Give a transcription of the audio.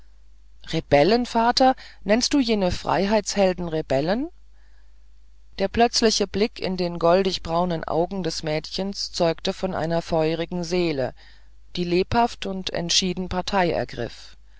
rebellen vater nennst du jene freiheitshelden rebellen der plötzliche blink in den goldigbraunen augen des mädchens zeugte von einer feurigen seele die lebhaft und entschieden